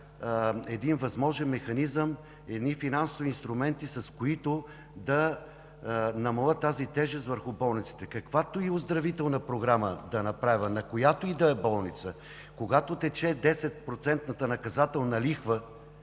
един възможен механизъм, едни финансови инструменти, с които да намаля тази тежест върху болниците. Каквато и оздравителна програма да направя, на която и да е болница, когато тече 10-процентната наказателна лихва,